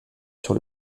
sur